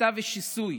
הסתה ושיסוי,